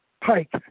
Pike